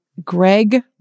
Greg